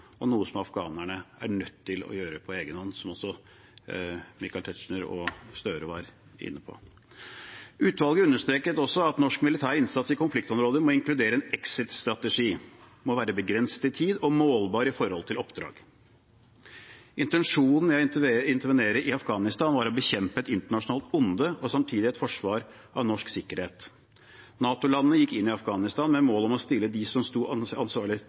og noe som afghanerne er nødt til å gjøre på egen hånd, noe også representantene Michael Tetzschner og Jonas Gahr Støre var inne på. Utvalget understreket også at norsk militær innsats i konfliktområder må inkludere en exit-strategi, være begrenset i tid og målbar med tanke på oppdrag. Intensjonen med å intervenere i Afghanistan var å bekjempe et internasjonalt onde og samtidig et forsvar av norsk sikkerhet. NATO-landene gikk inn i Afghanistan med mål om å stille dem som sto bak terrorangrepet i New York, ansvarlig.